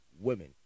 women